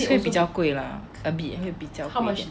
but 会比较贵 lah 产品会比较贵